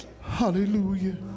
Hallelujah